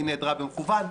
והיא נעדרה במכוון.